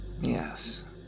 Yes